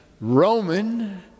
Roman